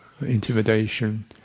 intimidation